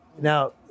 now